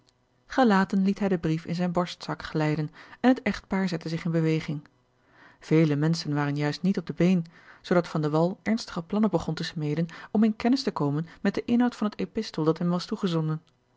gelaten liet hij den brief in zijn borstzak glijden en het echtpaar zette zich in beweging vele menschen waren juist niet op de been zoodat van de wall ernstige plannen begon te smeden om in kennis te komen met den inhoud van het epistel dat hem was toegezonden